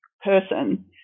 person